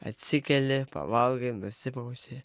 atsikeli pavalgai nusiprausi